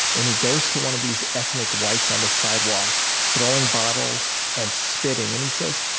and he goes to one of these ethnic whites on the sidewalk throwing bottles and spitting, and he says,